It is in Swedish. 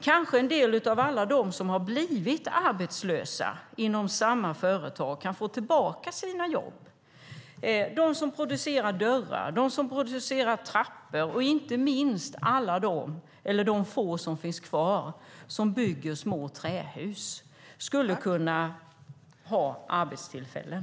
Kanske kan en del av alla de som blivit arbetslösa få tillbaka sina jobb på företaget. Det skulle även ge dem som producerar dörrar och trappor och de få som finns kvar som bygger små trähus arbetstillfällen.